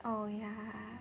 oh yeah